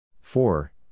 four